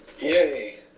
Yay